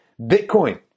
Bitcoin